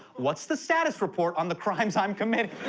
what's the status report on the crimes i'm committing?